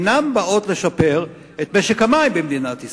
אינן באות לשפר את משק המים במדינת ישראל.